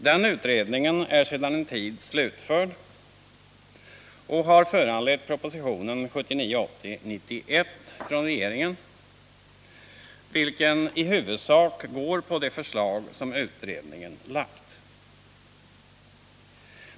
Den utredningen är sedan en tid slutförd och har föranlett proposition 1979/80:91 från regeringen. vilken i huvudsak går på de förslag som utredningen lagt fram.